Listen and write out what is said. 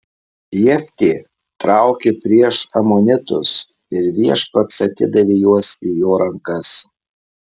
jeftė traukė prieš amonitus ir viešpats atidavė juos į jo rankas